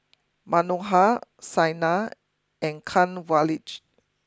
Manohar Saina and Kanwaljit